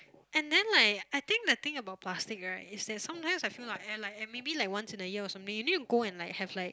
and then like I think the thing about plastic right is that sometimes I feel like and like and maybe like once in a year or something you need to go and like have like